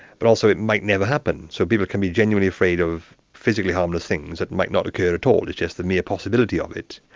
but also it might never happen. so people can be genuinely afraid of physically harmless things that might not occur at all, it's just the mere possibility of it.